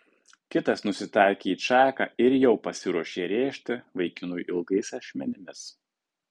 kitas nusitaikė į čaką ir jau pasiruošė rėžti vaikinui ilgais ašmenimis